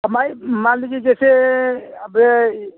अब मान मान लीजिए जैसे अब ए